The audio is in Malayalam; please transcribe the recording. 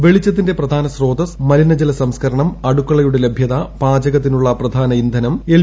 വെളിച്ചത്തിന്റെ പ്രധാന ്യ്യ്യാതസ്സ് മലിനജല സംസ്ക്കരണം അടുക്കളയുടെ ലഭ്യത പ്പാപ്പകുത്തിനുള്ള പ്രധാന ഇന്ധനം എൽ